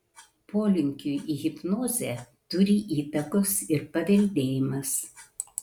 polinkiui į hipnozę turi įtakos ir paveldėjimas